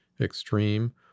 extreme